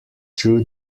through